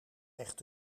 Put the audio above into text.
echt